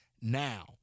now